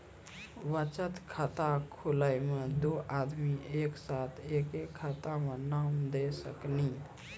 बचत खाता खुलाए मे दू आदमी एक साथ एके खाता मे नाम दे सकी नी?